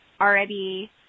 already